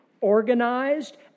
Organized